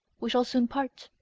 we shall soon part,